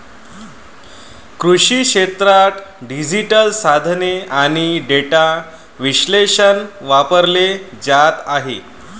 कृषी क्षेत्रात डिजिटल साधने आणि डेटा विश्लेषण वापरले जात आहे